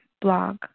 blog